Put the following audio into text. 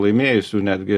laimėjusių netgi